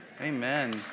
Amen